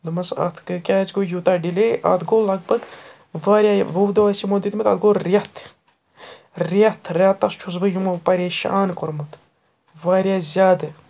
دوٚپمَس اَتھ کہ کیٛازِ گوٚو یوٗتاہ ڈِلے اَتھ گوٚو لگ بگ واریاہ وُہ دۄہ ٲسۍ یِمو دِتمٕتۍ اَتھ گوٚو رٮ۪تھ رٮ۪تھ رٮ۪تَس چھُس بہٕ یِمو پریشان کوٚرمُت واریاہ زیادٕ